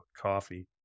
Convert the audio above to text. coffee